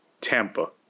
Tampa